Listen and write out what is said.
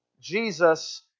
Jesus